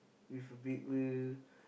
with a big wheel